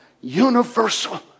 universal